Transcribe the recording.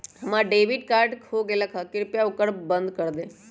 हम्मर debit card खो गयले है, कृपया ओकरा बंद कर दे